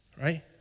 Right